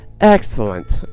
Excellent